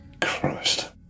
Christ